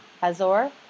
Hazor